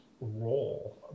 role